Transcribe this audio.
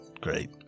great